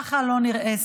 כך לא נראה סתיו,